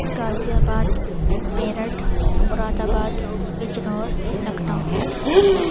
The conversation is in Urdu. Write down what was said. غازی آباد میرٹھ مراد آباد بجنور لکھنؤ